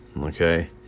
okay